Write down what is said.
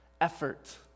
Effort